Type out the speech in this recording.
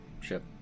ship